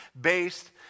based